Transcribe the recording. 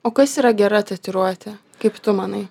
o kas yra gera tatuiruotė kaip tu manai